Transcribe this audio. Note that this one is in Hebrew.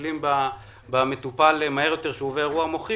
שמטפלים במטופל מהר יותר לאחר שהוא עובר אירוע מוחי,